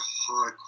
high